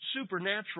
supernatural